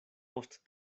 post